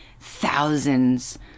thousands